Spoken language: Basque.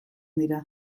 dira